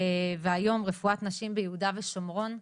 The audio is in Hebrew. והיום רפואת נשים ביהודה ושומרון.